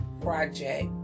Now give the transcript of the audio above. project